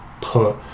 put